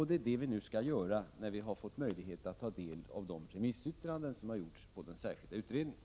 Det är det vi skall göra när vi har fått möjlighet att ta del av remissyttrandena över den särskilda utredningen.